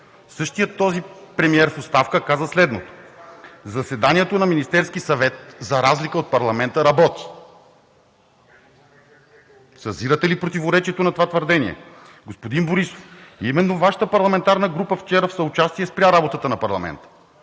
същият този премиер в оставка каза следното: „Заседанието на Министерския съвет, за разлика от парламента работи“. Съзирате ли противоречието на това твърдение? Господин Борисов, именно Вашата парламентарна група вчера в съучастие спря работата на парламента